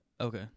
Okay